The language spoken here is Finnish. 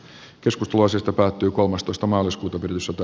joskus vuosisata päättyy kolmastoista maaliskuuta yli sata